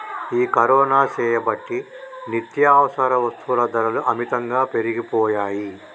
ఈ కరోనా సేయబట్టి నిత్యావసర వస్తుల ధరలు అమితంగా పెరిగిపోయాయి